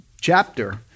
chapter